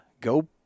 Go